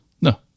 No